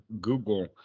Google